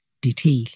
detail